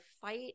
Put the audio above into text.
fight